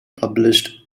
published